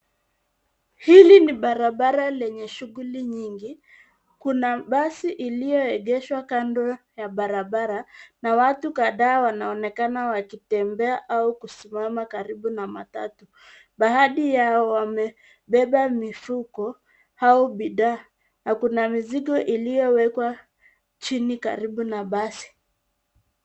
Hili ni barabara yenye shughuli nyingi. Kuna basi lililoegeshwa kando ya barabara na watu kadhaa wanaonekana wskitembea au kusimama karibu na matatu. Baadji yao wamebeba mifuko au bidhaa na kuna mizigo iliyowekwa chini karibu na basi.